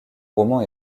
roman